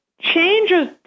changes